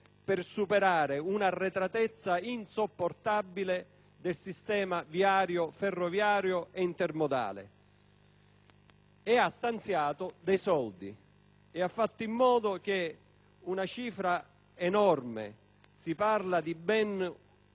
per superare una arretratezza insopportabile del sistema viario, ferroviario e intermodale». E ha stanziato dei soldi, facendo in modo che una cifra enorme - si parla di ben